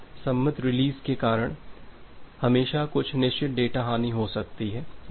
इस सममित रिलीज के कारण हमेशा कुछ निश्चित डेटा हानि हो सकती है